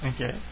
Okay